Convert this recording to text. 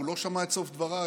הוא לא שמע את סוף דבריי,